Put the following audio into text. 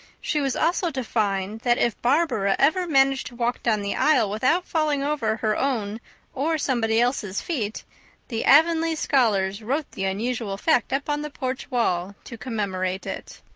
she was also to find that if barbara ever managed to walk down the aisle without falling over her own or somebody else's feet the avonlea scholars wrote the unusual fact up on the porch wall to commemorate it.